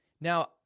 Now